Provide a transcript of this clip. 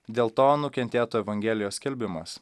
dėl to nukentėtų evangelijos skelbimas